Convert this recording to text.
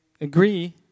agree